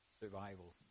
Survival